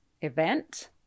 event